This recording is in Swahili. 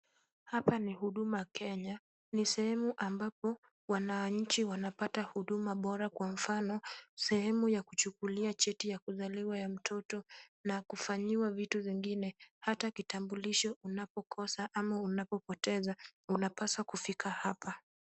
Hapa ni Huduma Kenya. Ni sehemu ambapo wananchi wanapata huduma bora kwa mfano, sehemu ya kuchukulia cheti cha kuzaliwa ya mtoto na kufanyiwa vitu vingine hata kitambulisho unapokosa ama unapopoteza unapaswa kufika hapa.